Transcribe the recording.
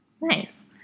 Nice